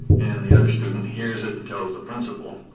and the other student hears it and tells the principal.